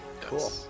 Cool